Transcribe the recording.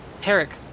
Herrick